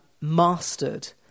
mastered